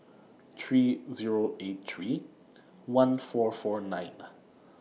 three Zero eight three one four four nine